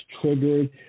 triggered